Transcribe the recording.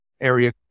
area